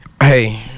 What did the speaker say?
Hey